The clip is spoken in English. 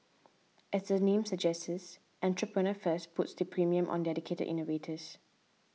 as the name suggests Entrepreneur First puts the premium on dedicated innovators